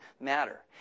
matter